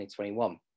2021